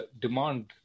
demand